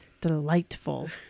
delightful